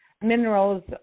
minerals